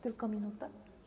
Tylko minuta?